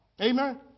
Amen